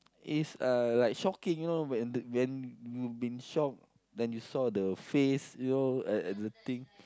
is uh like shocking you know when the when you been shocked then you saw the face you know at at the thing